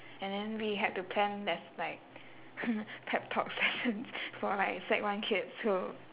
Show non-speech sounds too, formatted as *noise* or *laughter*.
and then we had to plan there's like *noise* pep talk sessions for like sec one kids so